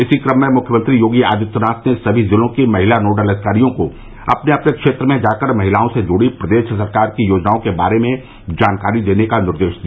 इसी क्रम में मुख्यमंत्री योगी आदित्यनाथ ने सभी जिलों की महिला नोडल अधिकारियों को अपने अपने क्षेत्र में जाकर महिलाओं से जुड़ी प्रदेश सरकार की योजनाओं के बारे में जानकारी देने का निर्देश दिया